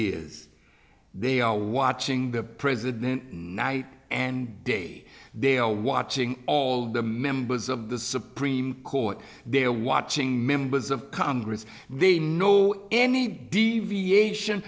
is they are watching the president night and day they are watching all the members of the supreme court they are watching members of congress they know any deviation